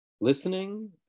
listening